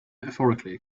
metaphorically